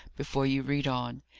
before you read on.